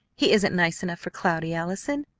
he isn't nice enough for cloudy, allison.